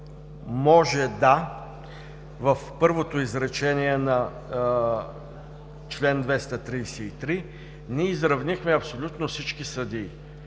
„може да“ в първото изречение на чл. 233, ние изравнихме абсолютно всички съдии